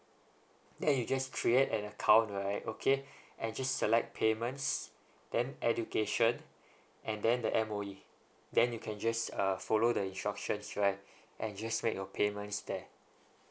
then you just create an account right okay and just select payments then education and then the M_O_E then you can just uh follow the instructions right and just make your payments there